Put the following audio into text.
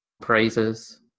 praises